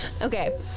Okay